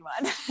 one